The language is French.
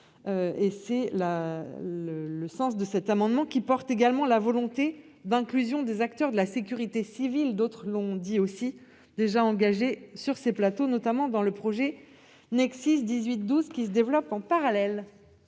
Tel est le sens de cet amendement, qui exprime également la volonté d'inclusion des acteurs de la sécurité civile déjà engagés sur ces plateaux, notamment dans le projet NexSIS 18-112 qui se développe en parallèle.